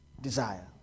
desire